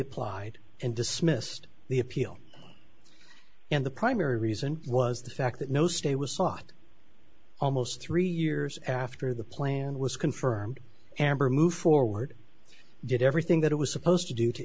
applied and dismissed the appeal and the primary reason was the fact that no stay was sought almost three years after the plan was confirmed amber move forward did everything that it was supposed to do to